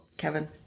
Kevin